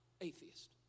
atheist